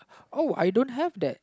oh I don't have that